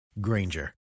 Granger